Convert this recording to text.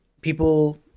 people